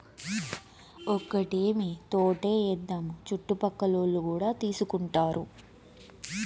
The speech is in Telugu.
ఒక్కటేమీ తోటే ఏద్దాము చుట్టుపక్కలోల్లు కూడా తీసుకుంటారు